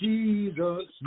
Jesus